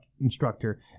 instructor